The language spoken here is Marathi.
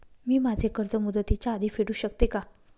मी माझे कर्ज मुदतीच्या आधी फेडू शकते का?